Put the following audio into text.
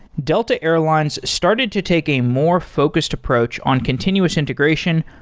delta airlines started to take a more focused approach on continuous integration,